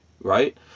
right